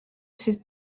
ces